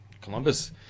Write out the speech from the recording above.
Columbus